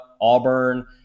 Auburn